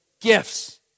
Gifts